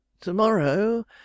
to-morrow